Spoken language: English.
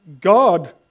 God